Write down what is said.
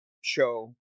show